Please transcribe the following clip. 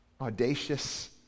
audacious